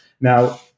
Now